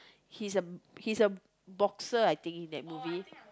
he's a he's a boxer I think in that movie